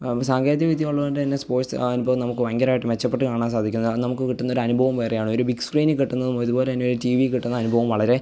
ആ സാങ്കേതികവിദ്യ ഉള്ളതുകൊണ്ടുതന്നെ സ്പോർട്സ് ആ അനുഭവം നമുക്ക് ഭയങ്കരമായിട്ട് മെച്ചപ്പെട്ട് കാണാൻ സാധിക്കുന്ന നമുക്ക് കിട്ടുന്നൊരനുഭവം വേറെയാണ് ബിഗ്സ്ക്രീനിൽ കിട്ടുന്നതും അതുപോലെത്തന്നെ ടി വിയിൽ കിട്ടുന്ന അനുഭവം വളരെ